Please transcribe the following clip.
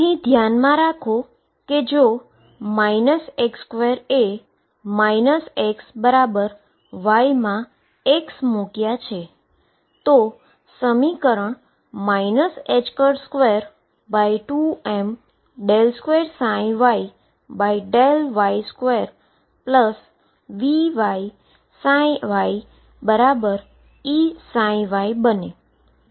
અહીં ધ્યાનમાં રાખો કે જો x2 એ xy મા x મુક્યાં તો તે સમીકરણ 22md2ydy2VyyEψ બને છે